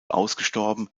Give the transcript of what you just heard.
ausgestorben